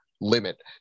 limit